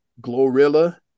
Glorilla